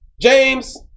James